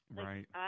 Right